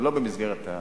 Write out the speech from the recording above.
אבל לא במסגרת החבילה.